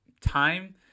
time